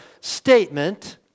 statement